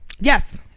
Yes